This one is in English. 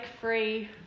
free